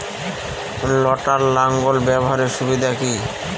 লটার লাঙ্গল ব্যবহারের সুবিধা কি?